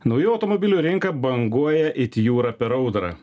naujų automobilių rinka banguoja it jūra per audrą